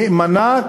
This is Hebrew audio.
נאמנה,